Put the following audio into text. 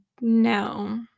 no